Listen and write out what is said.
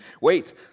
wait